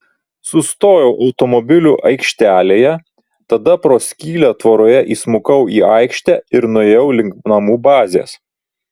sustojau automobilių aikštelėje tada pro skylę tvoroje įsmukau į aikštę ir nuėjau link namų bazės